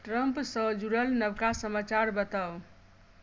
Trump सॅं जुड़ल नबका समाचार बताउ